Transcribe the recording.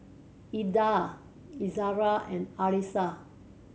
Indah Izara and Arissa